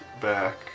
back